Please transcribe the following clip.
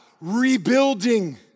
Rebuilding